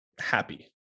happy